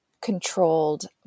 controlled